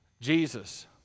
Jesus